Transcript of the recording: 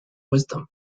wisdom